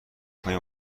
کنی